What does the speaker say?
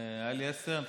היו לי עשר?